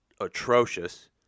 atrocious